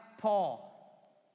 Paul